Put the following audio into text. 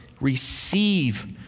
receive